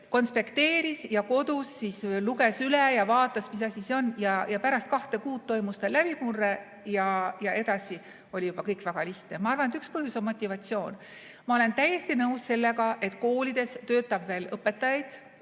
loengutes ja kodus luges üle ja vaatas, mis asi see on, mis ta kirja pani. Pärast kahte kuud toimus läbimurre ja edasi oli juba kõik väga lihtne. Ma arvan, et üks põhjus on motivatsioon. Ma olen täiesti nõus sellega, et koolides töötab veel õpetajaid,